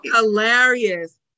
Hilarious